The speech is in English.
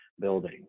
building